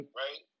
right